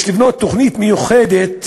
יש לבנות תוכנית מיוחדת